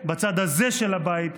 בצד הזה של הבית,